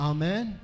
Amen